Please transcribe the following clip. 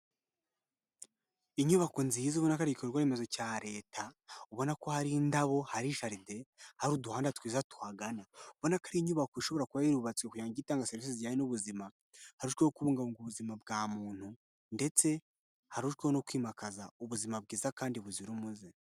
Inyubako nziza ubona ko ari igikorwa remezo cya leta, ubona ko hari indabo, hari jaride, hari uduhanda twiza tuhagana. Ubona ko ari inyubako ishobora kuba yurubatswe kugira ngo ijye itanga serivisi zijyanye n'ubuzima, harushweho kubungabunga ubuzima bwa muntu ndetse harushweho no kwimakaza ubuzima bwiza kandi buzira umuze.